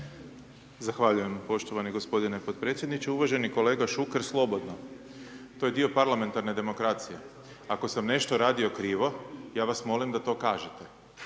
Zahvaljujem poštovani gospodine podpredsjedniče. Uvaženi kolega Šuker, slobodno, to je dio parlamentarne demokracije. Ako sam nešto radio krivo, ja vas molim da to kažete.